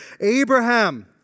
Abraham